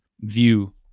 view